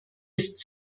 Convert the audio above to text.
ist